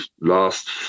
last